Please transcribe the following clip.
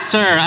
Sir